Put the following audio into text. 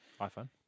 iPhone